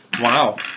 Wow